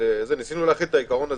ניסינו להרחיב את העיקרון הזה,